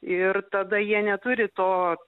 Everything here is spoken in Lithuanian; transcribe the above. ir tada jie neturi to